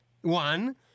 one